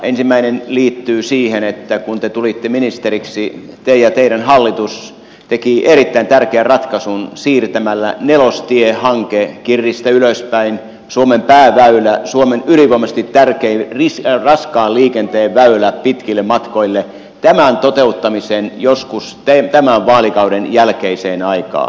ensimmäinen liittyy siihen että kun te tulitte ministeriksi te ja teidän hallituksenne teki erittäin tärkeän ratkaisun siirtämällä nelostie hankkeen kirristä ylöspäin suomen pääväylä suomen ylivoimaisesti tärkein raskaan liikenteen väylä pitkille matkoille toteuttamisen joskus tämän vaalikauden jälkeiseen aikaan